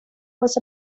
was